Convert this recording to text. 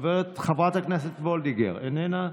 חברת הכנסת וולדיגר איננה.